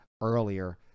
earlier